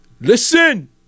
Listen